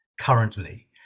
currently